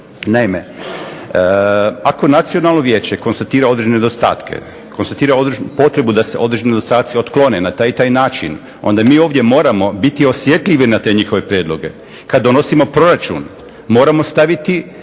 Naime ako Nacionalno vijeće konstatira određene nedostatke, konstatira određenu potrebu da se određeni nedostaci otklone ne taj i taj način, onda mi ovdje moramo biti osjetljivi na te njihove prijedloge. Kad donosimo proračun moramo staviti